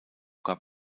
gab